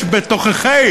היושבת-ראש,